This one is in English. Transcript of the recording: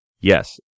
Yes